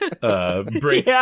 Bring